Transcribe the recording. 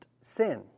sin